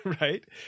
right